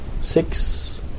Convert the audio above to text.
six